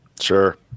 Sure